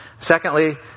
Secondly